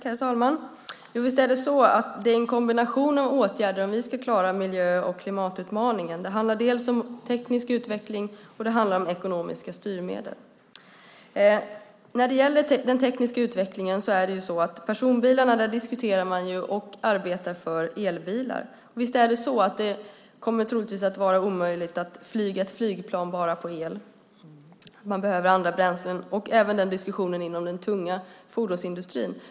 Herr talman! Visst är det en kombination av åtgärder som behövs för att vi ska klara klimatutmaningen. Det handlar om teknisk utveckling och ekonomiska styrmedel. När det gäller den tekniska utvecklingen diskuterar man personbilarna och arbetar för elbilar. Det kommer troligtvis att vara omöjligt att flyga ett flygplan bara på el. Man behöver andra bränslen. Det förs även den diskussionen inom den tunga fordonsindustrin.